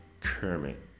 Kermit